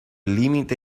límite